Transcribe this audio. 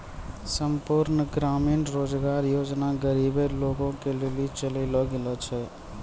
संपूर्ण ग्रामीण रोजगार योजना गरीबे लोगो के लेली चलैलो गेलो छै